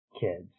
kids